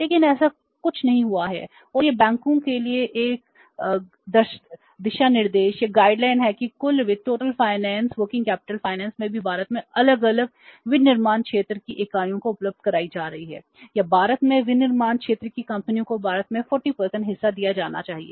लेकिन ऐसा कुछ नहीं हुआ है और यह बैंकों के लिए एक दिशानिर्देश में से भारत में अलग अलग विनिर्माण क्षेत्र की इकाइयों को उपलब्ध कराई जा रही है या भारत में विनिर्माण क्षेत्र की कंपनियों को भारत में 40 हिस्सा दिया जाना चाहिए